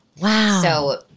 wow